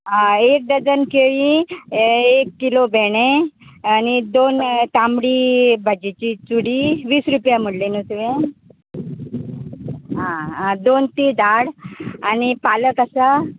आं एक डजन केळीं आं एक किलो भेंडे आनी दोन तांबडी भाज्जेची चुडी वीस रुपया म्हुणली न्हूं तुयें आं आं दोन ती धाड आनी पालक आसा